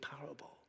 parable